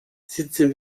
sitzen